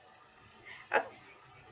oh